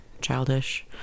Childish